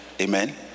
amen